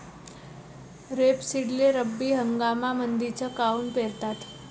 रेपसीडले रब्बी हंगामामंदीच काऊन पेरतात?